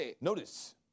Notice